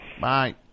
Bye